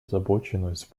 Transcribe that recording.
озабоченность